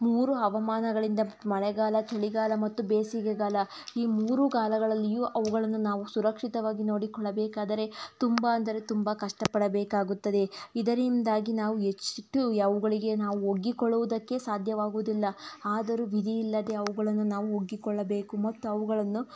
ಮೂರು ಹವಾಮಾನಗಳಿಂದ ಮಳೆಗಾಲ ಚಳಿಗಾಲ ಮತ್ತು ಬೇಸಿಗೆಗಾಲ ಈ ಮೂರು ಕಾಲಗಳಲ್ಲಿಯೂ ಅವುಗಳನ್ನು ನಾವು ಸುರಕ್ಷಿತವಾಗಿ ನೋಡಿಕೊಳ್ಳಬೇಕಾದರೆ ತುಂಬ ಅಂದರೆ ತುಂಬ ಕಷ್ಟಪಡಬೇಕಾಗುತ್ತದೆ ಇದರಿಂದಾಗಿ ನಾವು ಎಷ್ಟು ಅವುಗಳಿಗೆ ನಾವು ಒಗ್ಗಿಕೊಳ್ಳುವುದಕ್ಕೇ ಸಾಧ್ಯವಾಗುವುದಿಲ್ಲ ಆದರೂ ವಿಧಿ ಇಲ್ಲದೇ ಅವುಗಳನ್ನು ನಾವು ಒಗ್ಗಿಕೊಳ್ಳಬೇಕು ಮತ್ತು ಅವುಗಳನ್ನು